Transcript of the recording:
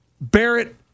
Barrett